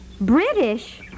British